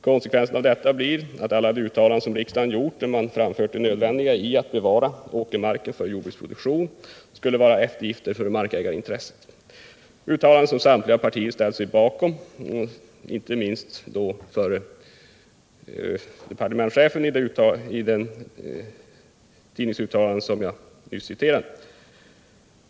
Konsekvensen av detta blir att alla de uttalanden som riksdagen gjort om det nödvändiga i att bevara åkermarken för jordbruksproduktion skulle vara eftergifter för markägarintresset. Det är uttalanden som samtliga partier ställt sig bakom, inte minst förre departementschefen i det tidningsuttalande som jag nyss citerat ur.